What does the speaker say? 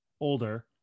older